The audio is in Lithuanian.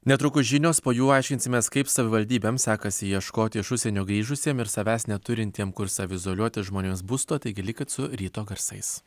netrukus žinios po jų aiškinsimės kaip savivaldybėms sekasi ieškoti iš užsienio grįžusiem ir savęs neturintiem kur saviizoliuoti žmonėms būsto taigi likit su ryto garsais